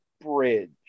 bridge